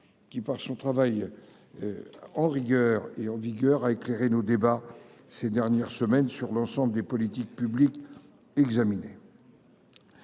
qui par son travail. En rigueur et en vigueur à éclairer nos débats ces dernières semaines sur l'ensemble des politiques publiques examiner.